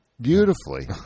beautifully